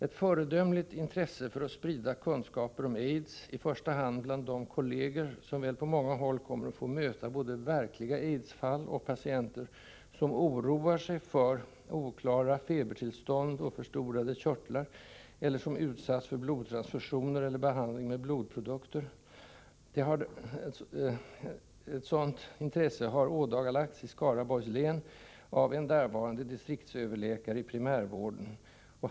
Ett föredömligt intresse för att sprida kunskap om AIDS =— i första hand bland de kolleger som väl på många håll kommer att få möta både verkliga AIDS-fall och patienter som oroar sig för oklara febertillstånd och förstorade körtlar eller som utsatts för blodtransfusioner eller behandling med blodprodukter — har ådagalagts i Skaraborgs län av en därvarande distriktsöverläkare i primärvården.